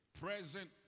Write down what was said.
present